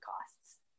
costs